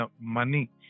money